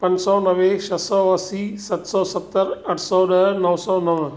पंज सौ नवे छह सौ असी सत सौ सतरि अठ सौ ॾह नो सौ नव